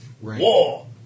War